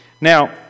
Now